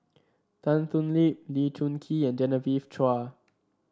Tan Thoon Lip Lee Choon Kee and Genevieve Chua